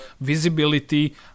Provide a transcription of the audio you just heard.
visibility